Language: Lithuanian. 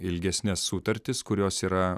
ilgesnes sutartis kurios yra